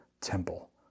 temple